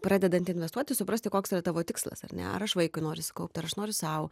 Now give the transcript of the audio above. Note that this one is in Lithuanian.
pradedant investuoti suprasti koks yra tavo tikslas ar ne vaikui noriu sukaupt ar aš noriu sau